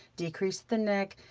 decrease the neck,